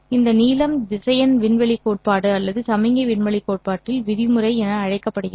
இந்த நீளம் திசையன் விண்வெளி கோட்பாடு அல்லது சமிக்ஞை விண்வெளி கோட்பாட்டில் விதிமுறை என அழைக்கப்படுகிறது